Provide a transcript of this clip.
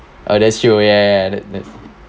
oh that's you yeah that that's